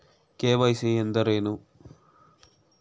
KYC ಎಂದರೇನು?